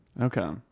Okay